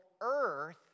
earth